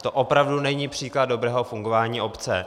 To opravdu není příklad dobrého fungování obce.